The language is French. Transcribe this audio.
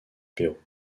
pérou